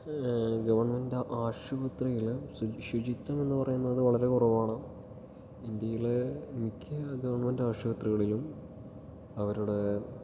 government ആശുപത്രിയിലെ ശുചിത്വം എന്ന് പറയുന്നത് വളരെ കുറവാണ് ഇന്ത്യയിലെ മിക്ക ഗവൺമെൻറ് ആശുപത്രികളിലും അവരുടെ